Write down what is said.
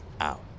out